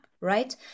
right